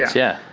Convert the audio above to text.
yeah.